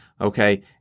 okay